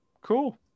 cool